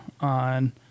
on